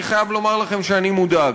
אני חייב לומר לכם שאני מודאג.